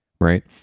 right